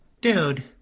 dude